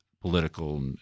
political